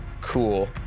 Cool